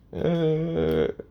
ah